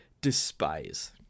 despise